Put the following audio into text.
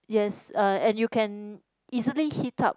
yes uh and you can easily heat up